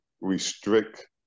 restrict